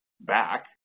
back